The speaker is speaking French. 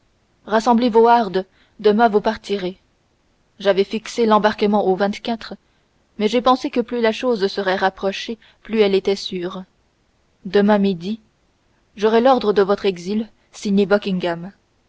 rassemblez vos hardes demain vous partirez j'avais fixé l'embarquement au mais j'ai pensé que plus la chose serait rapprochée plus elle serait sûre demain à midi j'aurai l'ordre de votre exil signé